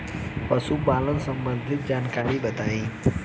पशुपालन सबंधी जानकारी बताई?